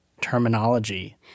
terminology